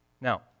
Now